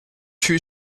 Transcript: two